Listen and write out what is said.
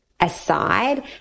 aside